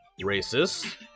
Racist